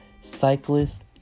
cyclists